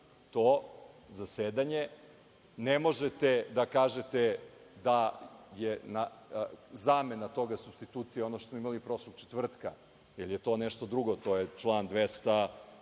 to zasedanje. Ne možete da kažete da je zamena toga, supstitucija ono što smo imali prošlog četvrtka, jer je to nešto drugo. To je član 205.